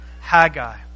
Haggai